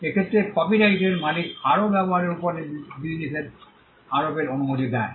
এক্ষেত্রে কপিরাইটের মালিক আরও ব্যবহারের উপর বিধিনিষেধ আরোপের অনুমতি দেয়